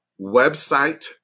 website